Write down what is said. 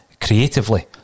creatively